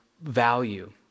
value